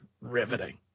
Riveting